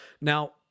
Now